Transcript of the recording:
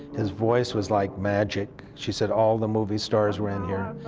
his voice was like magic. she said all the movie stars were in here,